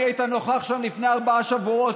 אני הייתי נוכח שם לפני ארבעה שבועות